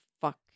fuck